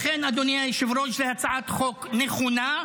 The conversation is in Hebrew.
לכן, אדוני היושב-ראש, זו הצעת חוק נכונה,